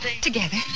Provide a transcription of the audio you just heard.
Together